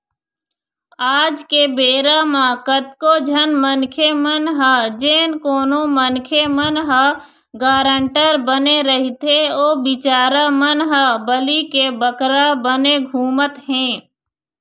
आज के बेरा म कतको झन मनखे मन ह जेन कोनो मनखे मन ह गारंटर बने रहिथे ओ बिचारा मन ह बली के बकरा बने घूमत हें